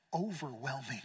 overwhelming